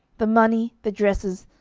the money, the dresses,